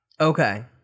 Okay